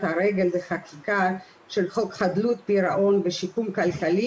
הרגל וחקיקה של חוק חדלות פירעון ושיקום כלכלי,